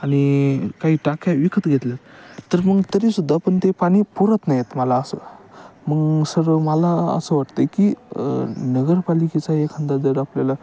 आणि काही टाक्या विकत घेतल्या तर मग तरीसुद्धा पण ते पाणी पुरत नाही आहेत मला असं मग सर मला असं वाटतं आहे की नगरपालिकेचा एखादा जर आपल्याला